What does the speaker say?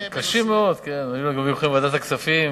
קשים מאוד, היו גם ויכוחים בוועדת הכספים.